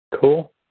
Cool